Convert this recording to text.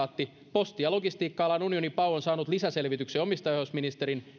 posti ja logistiikka alan unioni pau on saanut lisäselvityksen omistajaohjausministerin